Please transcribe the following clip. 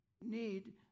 need